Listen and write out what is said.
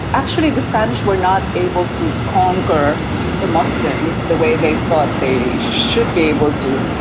actually the spanish were not able to conquer the muslims the way they thought they should be able to,